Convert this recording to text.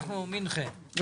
הישיבה ננעלה בשעה 13:20.